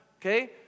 Okay